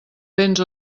béns